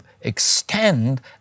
extend